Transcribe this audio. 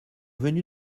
venu